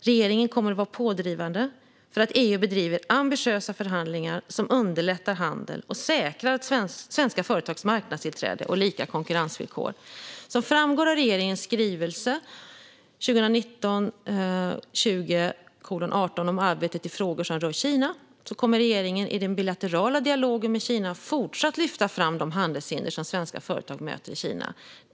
Regeringen kommer att vara pådrivande för att EU ska bedriva ambitiösa förhandlingar som underlättar handel och säkrar svenska företags marknadstillträde och lika konkurrensvillkor. Som framgår av regeringens skrivelse om arbetet i frågor som rör Kina kommer regeringen i den bilaterala dialogen med Kina att fortsätta lyfta fram de handelshinder som svenska företag möter i Kina.